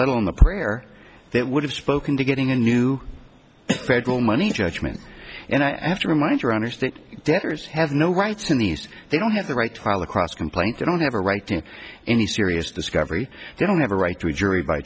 alone the prayer that would have spoken to getting a new federal money judgment and i have to remind you understand debtors have no rights in these they don't have the right to trial across complaint they don't have a right to any serious discovery they don't have a right to a jury by